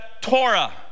Torah